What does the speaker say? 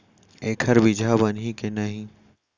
एखर बीजहा बनही के नहीं?